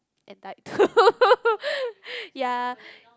and died ya